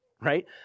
right